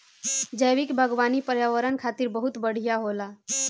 जैविक बागवानी पर्यावरण खातिर बहुत बढ़िया होला